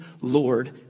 Lord